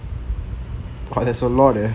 !wah! there's a lot eh